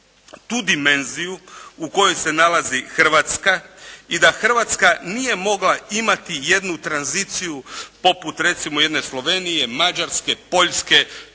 tu dimenziju u kojoj se nalazi Hrvatska i da Hrvatska nije mogla imati jednu tranziciju poput recimo jedne Slovenije, Mađarske, Poljske,